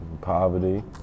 Poverty